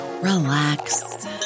relax